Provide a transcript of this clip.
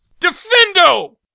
Defendo